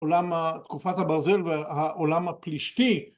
עולם ה..תקופת הברזל והעולם הפלישתי